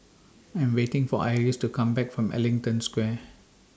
I'm waiting For Iris to Come Back from Ellington Square